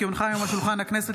כי הונחה היום על שולחן הכנסת,